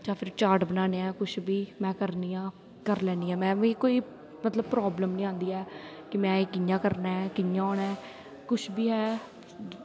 जां फिर चार्ट बनाने ऐ कुछ बी में करनी आं करी लैन्नी आं में बी कोई मतलब प्राब्लम निं आंदी ऐ कि में एह् कि'यां करना ऐ कि'यां होना ऐ कुछ बी ऐ